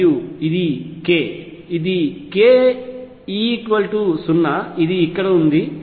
మరియు ఇది k ఇది k E 0 ఇక్కడ ఉంది